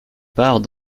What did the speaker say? part